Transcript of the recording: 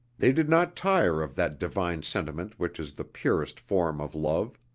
they did not tire of that divine sentiment which is the purest form of love.